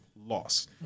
loss